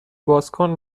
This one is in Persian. بازکن